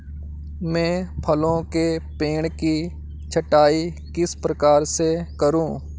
मैं फलों के पेड़ की छटाई किस प्रकार से करूं?